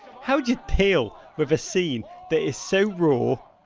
how do you deal with a scene that is so raw,